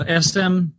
SM